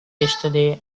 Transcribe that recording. yesterday